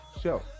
show